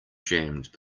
jammed